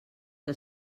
que